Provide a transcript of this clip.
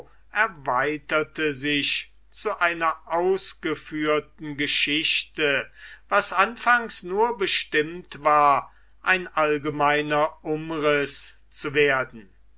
erweiterte sich zu einer ausgeführten geschichte was anfangs nur bestimmt war ein allgemeiner umriß zu werden